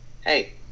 hey